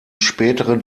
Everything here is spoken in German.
späteren